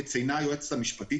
וציינה היועצת המשפטית,